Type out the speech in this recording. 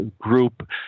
group